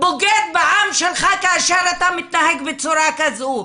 בוגד בעם שלך כאשר אתה מתנהג בצורה כזו.